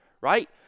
right